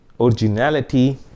originality